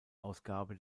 ausgabe